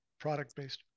product-based